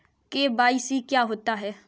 KYC क्या होता है?